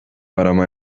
arama